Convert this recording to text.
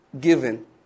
given